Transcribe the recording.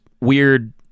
weird